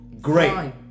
great